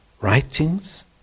writings